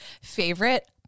Favorite